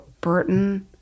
Burton